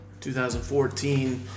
2014